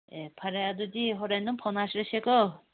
ꯑꯦ ꯐꯔꯦ ꯑꯗꯨꯗꯤ ꯍꯣꯔꯦꯟ ꯑꯗꯨꯝ ꯐꯥꯎꯅꯔꯁꯤꯀꯣ